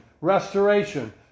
restoration